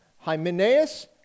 Hymenaeus